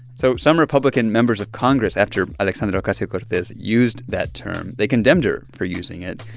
so some republican members of congress, after alexandria ocasio-cortez used that term, they condemned her for using it.